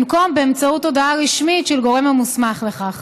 במקום באמצעות הודעה רשמית של גורם המוסמך לכך.